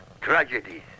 tragedies